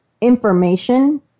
information